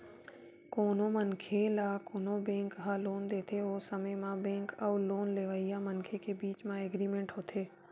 कोनो मनखे ल कोनो बेंक ह लोन देथे ओ समे म बेंक अउ लोन लेवइया मनखे के बीच म एग्रीमेंट होथे